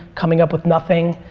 coming up with nothing,